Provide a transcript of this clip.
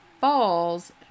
falls